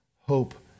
Hope